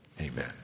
Amen